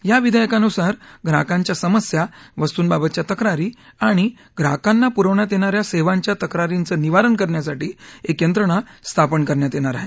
या विधेयकानुसार ग्राहकांच्या समस्या वस्तूंबाबतच्या तक्रारी आणि ग्राहकांना पुरवण्यात येणाऱ्या सेवांच्या तक्रारींचं निवारण करण्यासाठी एक यंत्रणा स्थापन करण्यात येणार आहे